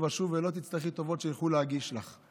ושוב ולא תצטרכי טובות שילכו להגיש בשבילך.